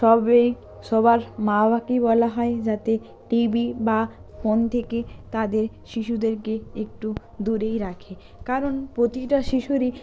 সবেই সবার মা বাবাকেই বলা হয় যাতে টিবি বা ফোন থেকে তাদের শিশুদেরকে একটু দূরেই রাখে কারণ প্রতিটা শিশুরই